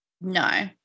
no